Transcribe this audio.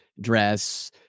dress